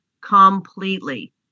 completely